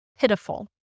pitiful